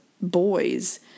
boys